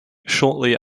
shortly